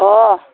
अह